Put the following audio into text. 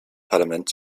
parlament